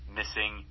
missing